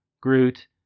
Groot